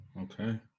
okay